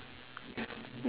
okay so your